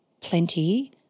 plenty